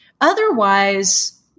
Otherwise